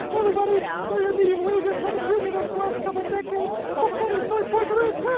and everybody, so your median wages haven't risen over the last couple of decades. all the money is going toward the rich.